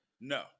No